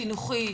חינוכי,